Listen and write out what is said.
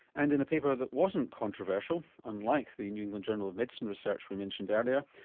and in a paper that wasn't controversial, unlike the new england journal of medicine research we mentioned earlier,